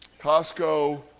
Costco